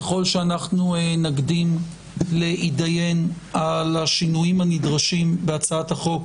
ככל שאנחנו נקדים להתדיין על השינויים הנדרשים בהצעת החוק,